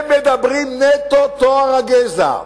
הם מדברים נטו טוהר הגזע.